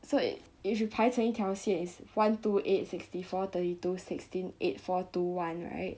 so it you should 排成一条线 is one two eight sixty four thirty two sixteen eight four two one right